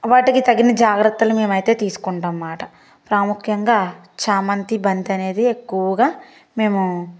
వాటికి తగిన జాగ్రత్తలు మేమైతే తీసుకుంటాం మాట ప్రాముఖ్యంగా చామంతి బంతనేది ఎక్కువగా మేము